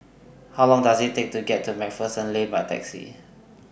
How Long Does IT Take to get to MacPherson Lane By Taxi